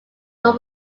were